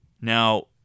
Now